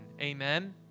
Amen